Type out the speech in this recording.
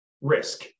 Risk